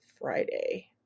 Friday